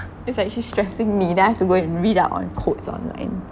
it's actually stressing me then I've to go and read up on codes online